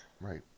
right